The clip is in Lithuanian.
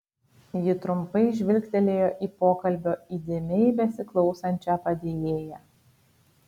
ji trumpai žvilgtelėjo į pokalbio įdėmiai besiklausančią padėjėją